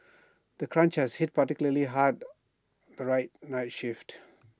the crunch has hit particularly hard the right night shifts